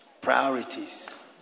priorities